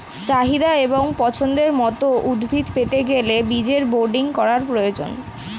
চাহিদা এবং পছন্দের মত উদ্ভিদ পেতে গেলে বীজের ব্রিডিং করার প্রয়োজন